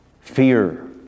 fear